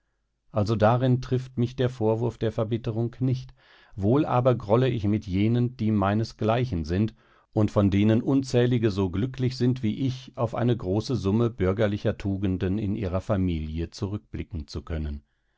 also darin trifft mich der vorwurf der verbitterung nicht wohl aber grolle ich mit jenen die meinesgleichen sind und von denen unzählige so glücklich sind wie ich auf eine große summe bürgerlicher tugenden in ihrer familie zurückblicken zu können